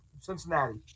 Cincinnati